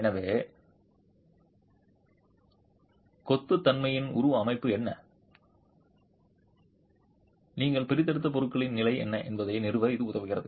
எனவே கொத்தடிமையின் உருவ அமைப்பு என்ன என்ன நீங்கள் பிரித்தெடுத்த பொருளின் நிலை என்ன என்பதை நிறுவ இது உதவுகிறது